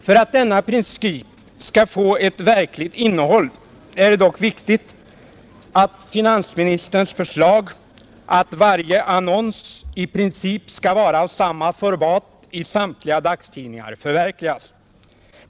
För att denna princip skall få ett verkligt innehåll är det dock viktigt att finansministerns förslag att varje annons i princip skall vara av samma format i samtliga dagstidningar förverkligas.